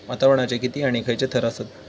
वातावरणाचे किती आणि खैयचे थर आसत?